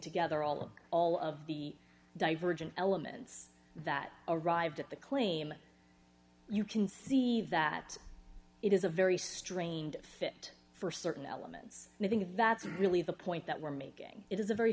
together all of all of the divergent elements that arrived at the claim you can see that it is a very strained fit for certain elements and i think that's really the point that we're making it is a very